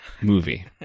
movie